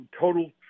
total